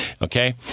Okay